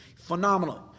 phenomenal